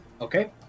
Okay